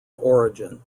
origin